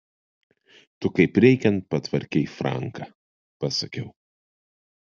tu kaip reikiant patvarkei franką pasakiau